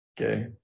Okay